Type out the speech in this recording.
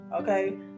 okay